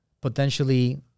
potentially